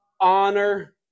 honor